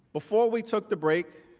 before we took the break,